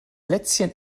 lätzchen